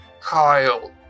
kyle